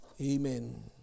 Amen